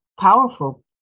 powerful